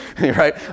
right